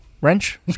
Wrench